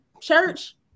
church